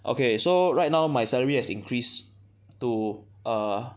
okay so right now my salary has increased to err